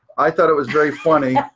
i thought it was very funny.